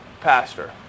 Pastor